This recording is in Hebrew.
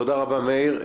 תודה רבה מאיר.